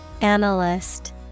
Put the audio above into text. Analyst